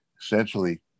essentially